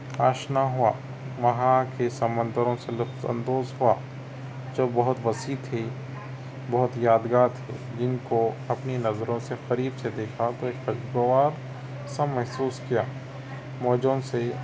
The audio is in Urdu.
آشنا ہُوا وہاں کے سمندروں سے لُطف اندوز ہُوا جو بہت وسیع تھے بہت یادگار تھے جِن کو اپنی نظروں سے قریب سے دیکھا تو ایک خوشگوار سا محسوس کیا موجوں سے